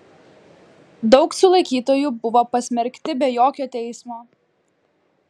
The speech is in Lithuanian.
daug sulaikytųjų buvo pasmerkti be jokio teismo